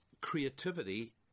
creativity